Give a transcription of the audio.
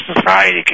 society